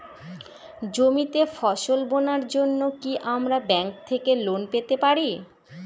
জমিতে ফসল বোনার জন্য কি আমরা ব্যঙ্ক থেকে লোন পেতে পারি?